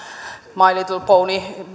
my little pony